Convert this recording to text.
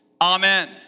Amen